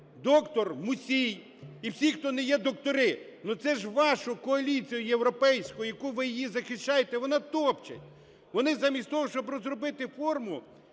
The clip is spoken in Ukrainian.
доктор Мусій і всі, хто не є доктори. Ну, це ж вашу коаліцію європейську, яку ви її захищаєте, вона топче. Вони замість того, щоб розробити форму,